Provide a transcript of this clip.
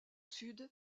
sud